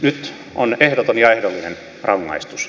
nyt on ehdoton ja ehdollinen rangaistus